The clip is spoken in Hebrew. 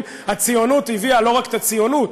הציונות הביאה לא רק את הציונות,